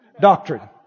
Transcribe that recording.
Doctrine